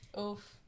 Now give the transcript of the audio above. Oof